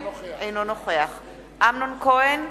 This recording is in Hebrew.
אינו נוכח אמנון כהן,